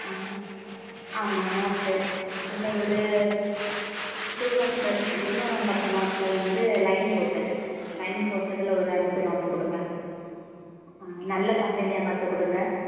ஆ ஆ ஆமாம் நோட்டு அதில் ஒரு டூ ஹண்ட்ரட் இரநூறாம் பக்கம் நோட்டில் வந்து லைன் போட்டது லைன் போட்டதில் ஒரு அஞ்சு நோட்டு கொடுங்க ஆ நல்ல கம்பெனியாக பார்த்துக் கொடுங்க